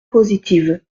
positive